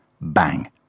bang